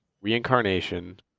reincarnation